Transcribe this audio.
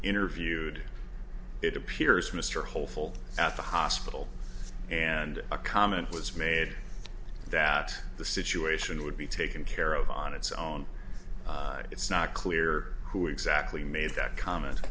interviewed it appears mr hopeful at the hospital and a comment was made that the situation would be taken care of on its own it's not clear who exactly made that comment